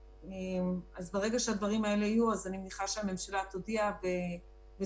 אז ברגע שהדברים האלה יהיו אני מניחה שהממשלה תודיע ותודיע